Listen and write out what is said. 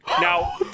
Now